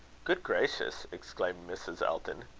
good gracious! exclaimed mrs. elton.